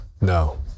No